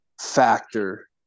factor